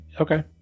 Okay